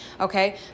okay